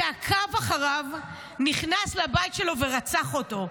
שעקב אחריו, נכנס לבית שלו ורצח אותו.